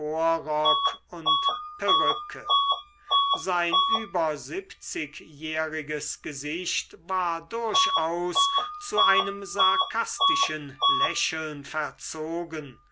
und perücke sein über siebzigjähriges gesicht war durchaus zu einem sarkastischen lächeln verzogen